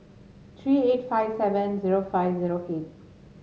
three eight five seven zero five zero eight